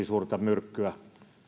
suurta myrkkyä